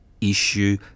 issue